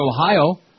Ohio